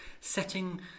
setting